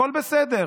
הכול בסדר,